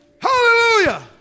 Hallelujah